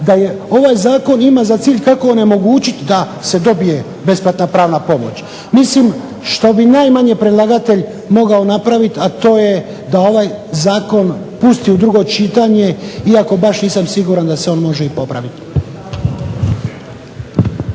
da je ovaj zakon ima za cilj kako onemogućiti da se dobije besplatna pravna pomoć. Mislim što bi najmanje predlagatelj mogao napraviti, a to je da ovaj zakon pusti u drugo čitanje, iako baš nisam siguran da se on može i popraviti.